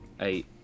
Eight